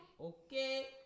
Okay